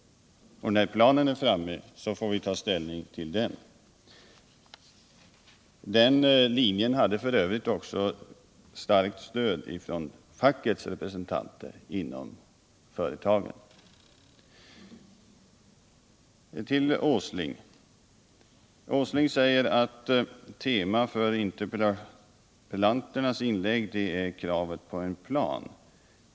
När planen föreligger, får vi ta ställning till den. Denna linje hade f. ö. också starkt stöd från fackets representanter inom företagen. Herr Åsling säger att temat för interpellanternas inlägg är kravet på en plan.